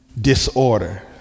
Disorder